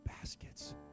baskets